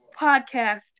podcast